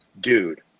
Dude